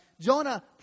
Jonah